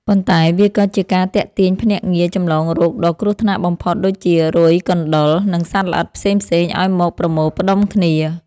ប៉ុន្តែវាក៏ជាការទាក់ទាញភ្នាក់ងារចម្លងរោគដ៏គ្រោះថ្នាក់បំផុតដូចជា រុយ កណ្ដុរ និងសត្វល្អិតផ្សេងៗឱ្យមកប្រមូលផ្ដុំគ្នា។